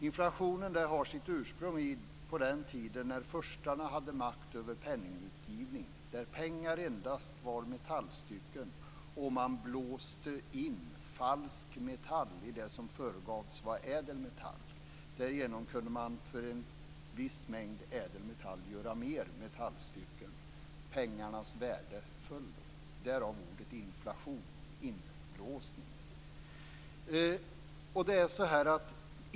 Inflationen har sitt ursprung på den tiden när furstarna hade makt över penningutgivningen. Då var pengar endast metallstycken, och man blåste in falsk metall i det som föregavs vara ädel metall. Därigenom kunde man av en viss mängd ädel metall göra fler metallstycken. Pengarnas värde föll då. Därav ordet inflation - inblåsning.